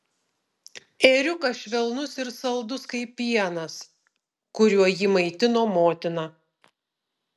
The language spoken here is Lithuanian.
ėriukas švelnus ir saldus kaip pienas kuriuo jį maitino motina